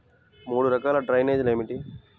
మూడు రకాల డ్రైనేజీలు ఏమిటి?